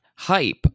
hype